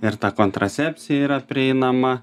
ir ta kontracepcija yra prieinama